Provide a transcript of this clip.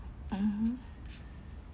(mmhnn)